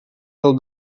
del